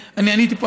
אני עניתי פה,